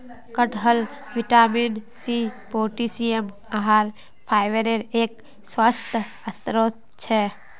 कटहल vitamin C, potassium, आहार फाइबरेर एक स्वस्थ स्रोत छे